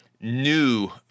new